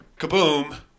kaboom